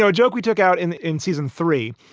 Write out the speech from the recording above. so joke we took out in in season three,